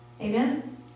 Amen